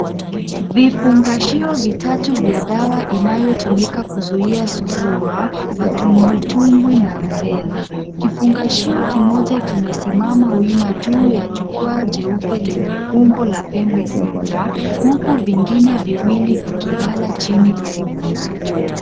Vifungashio vitatu vya dawa inayotumika Kuzuia surua, matumbwi tumbwi na rubela. Kifungashio kimoja kimesimama wima juu ya jukwa jeupe lenye umbo la pembe sita, huku vingine viwili vikilala chini karibu nacho.